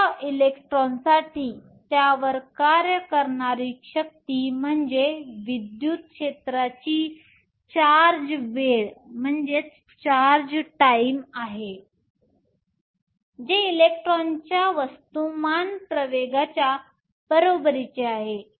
अशा इलेक्ट्रॉनसाठी त्यावर कार्य करणारी शक्ती म्हणजे विद्युत क्षेत्राची चार्ज वेळ आहे जे इलेक्ट्रॉनच्या वस्तुमान प्रवेगच्या बरोबरीचे असते